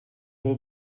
will